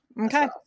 Okay